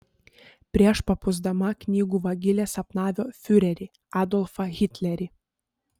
prieš pabusdama knygų vagilė sapnavo fiurerį adolfą hitlerį